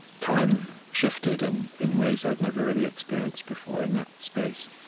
time shifted in in ways i've never really experienced before, in that space